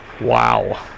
Wow